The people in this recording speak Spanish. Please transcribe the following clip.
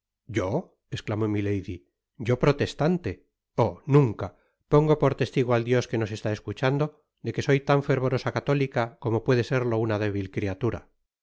yo esclamó milady yo protestante oh nunca pongo por testigo al dios que nos está escuchando de que soy tan fervorosa católica como puede serlo una débil criatura